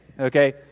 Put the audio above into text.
okay